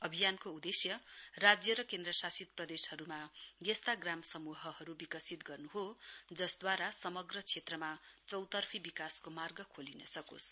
अभियानको उद्देश्य राज्य र केन्द्र शासित प्रदेशहरूमा यस्ता ग्राम समूहहरू विकसित गर्नु हो जसद्वारा समग्र क्षेत्रमा चौतर्फी विकासको मार्ग खोलिन सकोस्